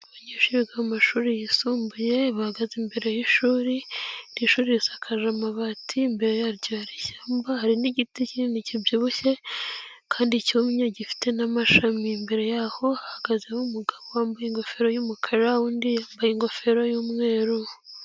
Abanyeshuri biga mu mashuri yisumbuye bahagaze imbere y'ishuri, iri shuri risakaje amabati imbere yaryo hari ishyamba hari n'igiti kinini kibyibushye kandi cyumye gifite n'amashami, imbere yaho hahagazeho umugabo wambaye ingofero y'umukara, uwundi yambaye ingofero y'umweru.